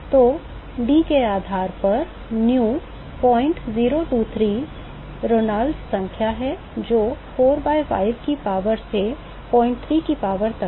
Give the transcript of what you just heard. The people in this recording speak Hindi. तो d के आधार पर nu 0023 रेनॉल्ड्स संख्या है जो 4 by 5 की power से 03 की power तक है